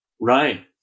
Right